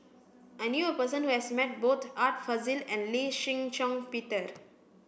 I knew a person who has met both Art Fazil and Lee Shih Shiong Peter